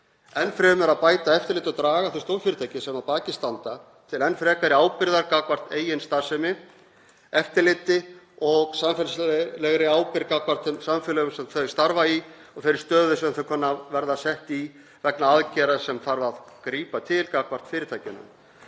enn fremur að bæta eftirlit og draga þau stórfyrirtæki sem að baki standa til enn frekari ábyrgðar gagnvart eigin starfsemi, eftirliti og samfélagslegri ábyrgð gagnvart þeim samfélögum sem þau starfa í og þeirri stöðu sem þau kunna að verða sett í vegna aðgerða sem þarf að grípa til gagnvart fyrirtækjunum.